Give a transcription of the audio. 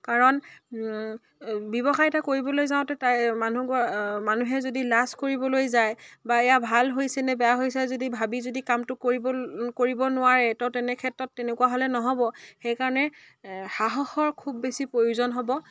কাৰণ ব্যৱসায় এটা কৰিবলৈ যাওঁতে তাই মানুহ মানুহে যদি লাজ কৰিবলৈ যায় বা এইয়া ভাল হৈছেনে বেয়া হৈছে যদি ভাবি যদি কামটো কৰিব নোৱাৰে ত' তেনেক্ষেত্ৰত তেনেকুৱা হ'লে নহ'ব সেইকাৰণে সাহসৰ খুব বেছি প্ৰয়োজন হ'ব